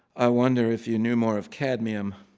i wonder if you knew more of cadmium.